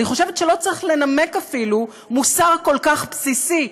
אני חושבת שלא צריך לנמק אפילו מוסר כל כך בסיסי,